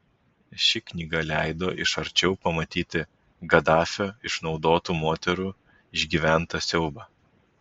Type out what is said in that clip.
ši knyga leido iš arčiau pamatyti gaddafio išnaudotų moterų išgyventą siaubą